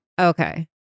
Okay